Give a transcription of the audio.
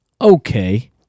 okay